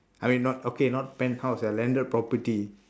I mean not okay not penthouse a landed property